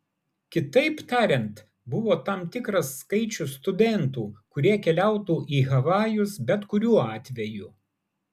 kitaip tariant buvo tam tikras skaičius studentų kurie keliautų į havajus bet kuriuo atveju